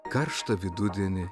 karštą vidudienį